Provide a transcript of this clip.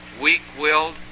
weak-willed